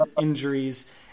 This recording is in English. injuries